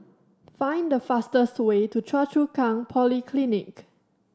find the fastest way to Choa Chu Kang Polyclinic